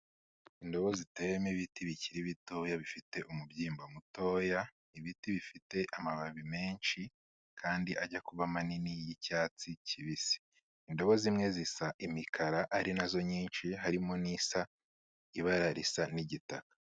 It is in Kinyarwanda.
Indobo ziteyemo ibiti bikiri bitoya bifite umubyimba mutoya, ibiti bifite amababi menshi kandi ajya kuba manini y'icyatsi kibisi. Indobo zimwe zisa imikara ari na zo nyinshi, harimo n'isa ibara risa n'igitaka.